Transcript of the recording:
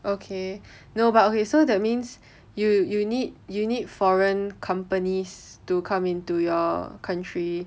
okay no but okay so that means you you need you need foreign companies to come into your country